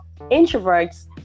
introverts